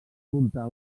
muntar